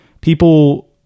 people